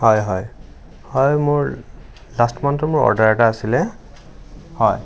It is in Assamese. হয় হয় হয় মোৰ লাষ্ট মানথৰ মোৰ অৰ্ডাৰ এটা আছিলে হয়